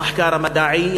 המחקר המדעי,